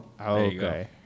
okay